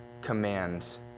commands